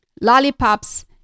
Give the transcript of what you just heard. Lollipops